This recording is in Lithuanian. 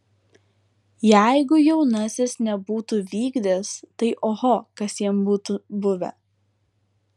jeigu jaunasis nebūtų vykdęs tai oho kas jam būtų buvę